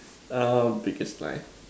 err biggest lie